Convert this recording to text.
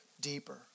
deeper